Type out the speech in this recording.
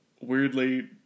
weirdly